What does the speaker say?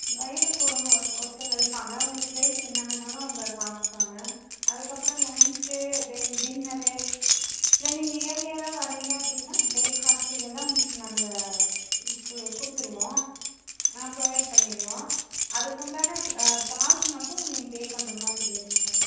guide கூடங்க ஒருத்தவங்க இருப்பாங்கள் உங்களுக்கு ஹெல்ப் என்ன வேணாலும் அவங்க பார்த்துப்பாங்க அதுக்கப்புறம் லன்ச்சு டின் டின்னரு இல்லை நீங்கள் இயர்லியராக வர்றீங்க அப்படின்னா ப்ரேக் ஃபாஸ்ட்டு இதெல்லாம் உங்களுக்கு நாங்கள் இப்போ கொடுத்துருவோம் ஆ ப்ரொவைட் பண்ணிடுவோம் அதுக்குண்டான சார்ஜ் மட்டும் நீங்கள் பே பண்ணுறமாதிரி இருக்கும்